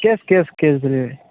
cash cash cash delivery